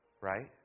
right